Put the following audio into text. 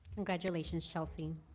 congratulations, chelsea.